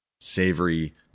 savory